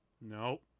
nope